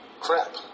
crap